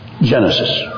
Genesis